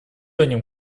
одним